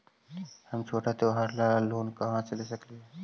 हम छोटा त्योहार ला लोन कहाँ से ले सक ही?